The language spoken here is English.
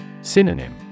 Synonym